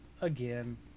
Again